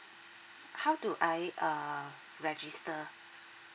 how do I uh register